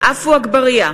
עפו אגבאריה,